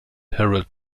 harold